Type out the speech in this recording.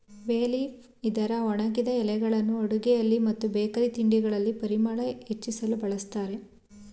ಬೇ ಲೀಫ್ ಇದರ ಒಣಗಿದ ಎಲೆಗಳನ್ನು ಅಡುಗೆಯಲ್ಲಿ ಮತ್ತು ಬೇಕರಿ ತಿಂಡಿಗಳಲ್ಲಿ ಪರಿಮಳ ಹೆಚ್ಚಿಸಲು ಬಳ್ಸತ್ತರೆ